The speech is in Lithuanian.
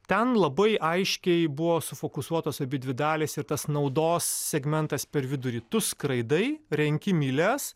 ten labai aiškiai buvo sufokusuotos abidvi dalys ir tas naudos segmentas per vidurį tu skraidai renki mylias